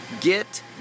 Get